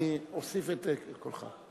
אוסיף את קולך.